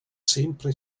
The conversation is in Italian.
sempre